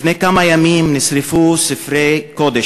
לפני כמה ימים נשרפו ספרי קודש,